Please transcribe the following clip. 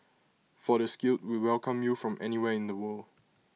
for the skilled we welcome you from anywhere in the world